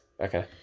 Okay